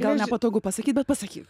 gal nepatogu pasakyt bet pasakyk